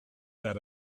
that